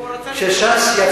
הוא רצה להצטרף,